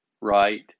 right